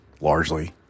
largely